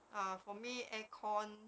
ah for me aircon